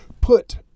put